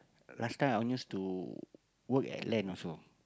last time I own used to work at land also